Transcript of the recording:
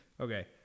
Okay